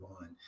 on